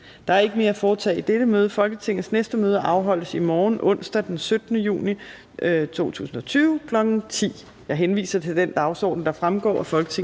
Der er ikke mere at foretage i dette møde. Folketingets næste møde afholdes i morgen, onsdag den 17. juni 2020, kl. 10.00. Jeg henviser til den dagsorden, der fremgår af Folketingets